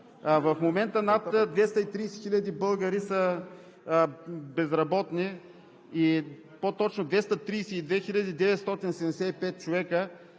В момента над 230 000 българи са безработни, по-точно 232 975 човека